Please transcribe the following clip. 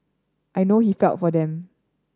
I know he felt for them